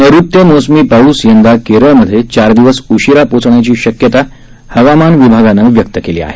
नझित्य मोसमी पाऊस यंदा केरळमधे चार दिवस उशिरा पोचण्याची शक्यता हवामान विभागानं व्यक्त केली आहे